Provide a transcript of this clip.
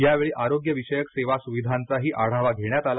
यावेळी आरोग्य विषयक सेवा सुविधांचाही आढावा घेण्यात आला